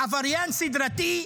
עבריין סדרתי,